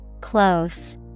Close